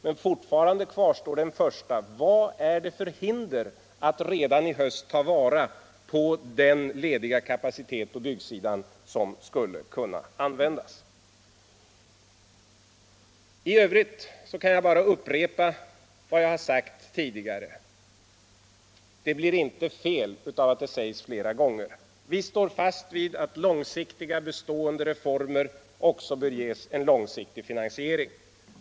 Men fortfarande kvarstår den första: Vilka hinder finns för att redan i höst ta vara på den lediga kapacitet på byggsidan som skulle kunna användas? I övrigt kan jag bara upprepa vad jag har sagt tidigare. Det blir inte fel av att sägas flera gånger. Vi står fast vid att långsiktiga bestående reformer också bör ges en långsiktig finansiering.